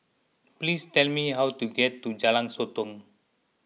please tell me how to get to Jalan Sotong